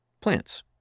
plants